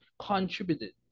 contributed